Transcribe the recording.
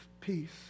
Peace